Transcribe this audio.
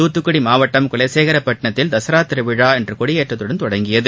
தூத்துக்குடி மாவட்டம் குலசேகரப்பட்டினத்தில் தசரா திருவிழா இன்று கொடியேற்றத்துடன் தொடங்கியது